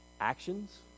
actions